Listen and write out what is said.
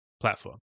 platform